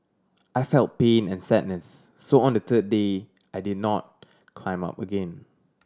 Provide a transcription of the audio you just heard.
I felt pain and sadness so on the third day I did not not climb up again